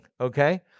okay